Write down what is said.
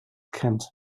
kennt